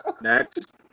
Next